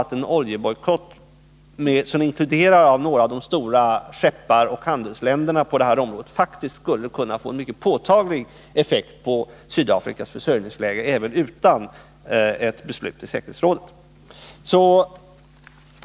En oljebojkott som inkluderar några av de stora skepparoch handelsländerna på detta område skulle faktiskt kunna få en mycket påtaglig effekt på Sydafrikas försörjningsläge, även utan ett beslut i säkerhetsrådet. Herr talman!